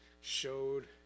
showed